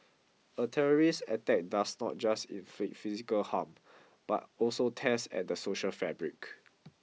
a terrorist attack does not just inflict physical harm but also tears at the social fabric